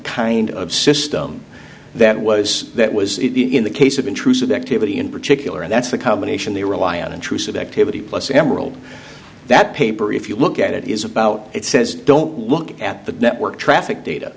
kind of system that was that was in the case of intrusive activity in particular and that's the combination they rely on intrusive activity plus emerald that paper if you look at it is about it says don't look at the network traffic data